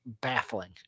baffling